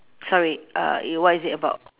sorry uh you what is it about